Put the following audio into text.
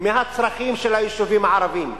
מהצרכים של היישובים הערביים.